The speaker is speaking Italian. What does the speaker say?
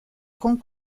con